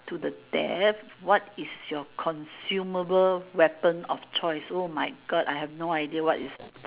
to the death what is your consumable weapon of choice